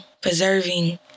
preserving